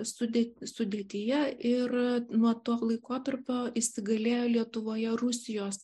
sudėty sudėtyje ir nuo to laikotarpio įsigalėjo lietuvoje rusijos